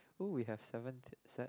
who will have seven set